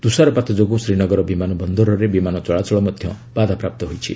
ତୁଷାରପାତ ଯୋଗୁଁ ଶ୍ରୀନଗର ବନ୍ଦରରେ ବିମାନ ଚଳାଚଳ ମଧ୍ୟ ବାଧାପ୍ରାପ୍ତ ହୋଇଛି